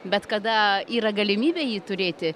bet kada yra galimybė jį turėti